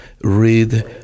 read